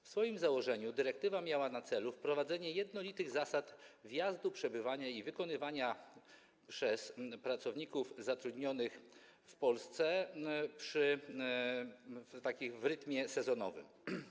W swoim założeniu dyrektywa miała na celu wprowadzenie jednolitych zasad wjazdu, przebywania i wykonywania pracy przez pracowników zatrudnionych w Polsce w rytmie sezonowym.